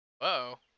Whoa